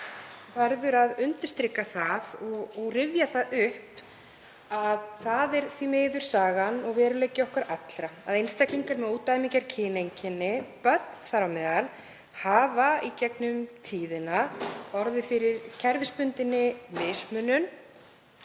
mál verður að undirstrika það og rifja það upp að það er því miður sagan og veruleiki okkar allra að einstaklingar með ódæmigerð kyneinkenni, börn þar á meðal, hafa í gegnum tíðina orðið fyrir kerfisbundinni mismunun,